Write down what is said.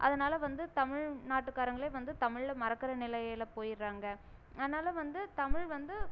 அதனால் வந்து தமிழ்நாட்டுக்காரங்களே வந்து தமிழில் வந்து மறக்கிற நிலையில் போயிட்றாங்க அதனால் வந்து தமிழ் வந்து